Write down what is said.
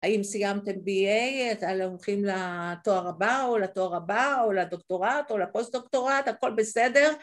‫האם סיימתם BA? ‫אתם הולכים לתואר הבא, ‫או לתואר הבא, או לדוקטורט, ‫או לפוסט-דוקטורט, הכול בסדר